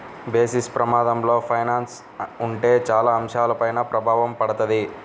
basis ప్రమాదంలో finance ఉంటే చాలా అంశాలపైన ప్రభావం పడతది